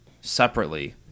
separately